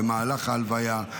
במהלך ההלוויה,